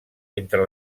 entre